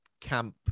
camp